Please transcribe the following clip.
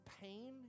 pain